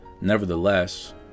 nevertheless